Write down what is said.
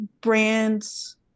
brands